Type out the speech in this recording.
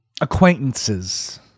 acquaintances